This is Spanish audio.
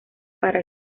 para